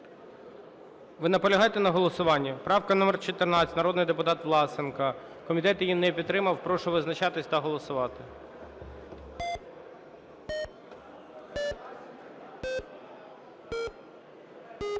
Ви наполягаєте на голосуванні? Правка номер 14, народний депутат Власенко. Комітет її не підтримав. Прошу визначатися та голосувати.